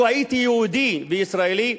לו הייתי יהודי וישראלי,